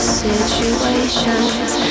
situations